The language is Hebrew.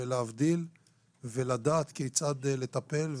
להבדיל ולדעת כיצד לטפל,